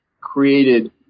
created